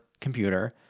computer